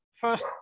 First